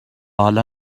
حالا